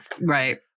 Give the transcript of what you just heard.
Right